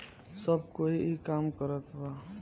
सब कोई ई काम करत बा